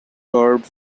carved